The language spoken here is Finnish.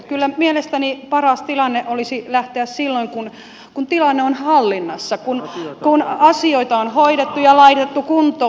kyllä mielestäni paras tilanne olisi lähteä silloin kun tilanne on hallinnassa kun asioita on hoidettu ja laitettu kuntoon